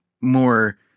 more